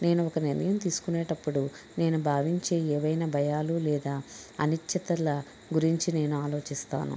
నేను ఒక నిర్ణయం తీసుకునేటప్పుడు నేను భావించే ఏవైనా భయాలు లేదా అనిశ్చితల గురించి నేను ఆలోచిస్తాను